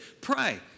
Pray